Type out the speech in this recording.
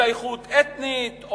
השתייכות אתנית,